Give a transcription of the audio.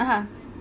(uh huh)